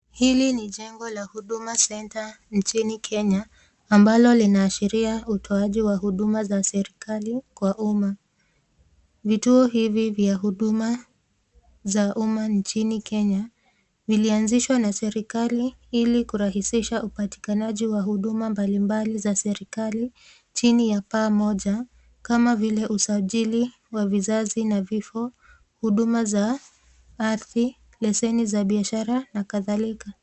Hili ni jengo la Huduma Centre nchini Kenya ambalo linaashiria utoaji wa huduma za serikali kwa umma. Vituo hivi vya huduma za umma nchini Kenya viliazishwa na serikali ili kurahisisha upatikanaji wa huduma mbalimbali za serikali chini ya paa moja kama vile usajili wa vizazi na vifo, huduma za ardhi, leseni za biashara na kadhalika.